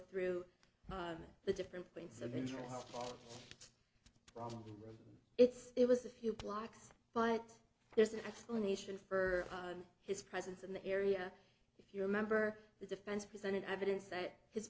through the different points of interest it's it was a few blocks but there's an explanation for his presence in the area if you remember the defense presented evidence that his